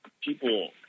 people